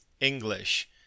English